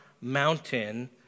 Mountain